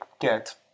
get